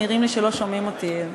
מעירים לי שלא שומעים אותי.